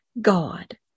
God